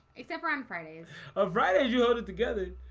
except for on fridays o fridays you hold it together